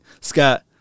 Scott